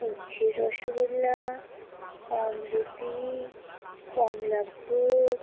উচ্ছের rosogolla amriti কমলাভোগ